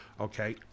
okay